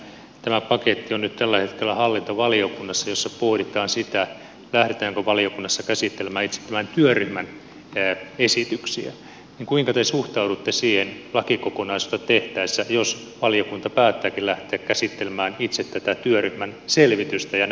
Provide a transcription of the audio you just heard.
tämä paketti on nyt tällä hetkellä hallintovaliokunnassa jossa pohditaan sitä lähdetäänkö valiokunnassa esittelemä itse vain pyörimään ja esityksiä ja kuinka te suhtaudutte siihen asti kokonaista tehtäessä jos valiokunta päättääkin lähteä käsittelemään itse pitää työryhmän selvitysten